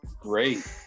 great